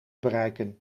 bereiken